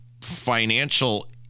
financial